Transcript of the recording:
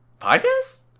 podcast